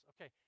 Okay